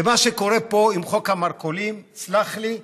ומה שקורה פה עם חוק המרכולים, סלח לי,